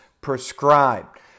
prescribed